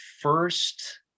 first